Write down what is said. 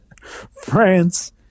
France